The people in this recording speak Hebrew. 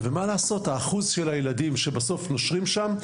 אחוז הילדים שבסוף נושרים שם,